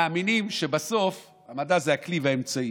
מאמינים שהמדע זה הכלי והאמצעי.